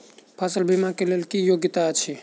फसल बीमा केँ लेल की योग्यता अछि?